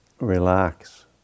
relax